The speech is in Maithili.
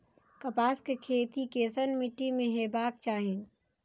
कपास के खेती केसन मीट्टी में हेबाक चाही?